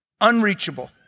unreachable